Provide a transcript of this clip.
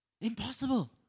Impossible